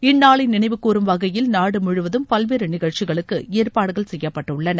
இந்நாளை நினைவுகூறும் வகையில் நாடு முழுவதும் பல்வேறு நிகழ்ச்சிகளுக்கு ஏற்பாடுகள் செய்யப்பட்டுள்ளன